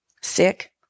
sick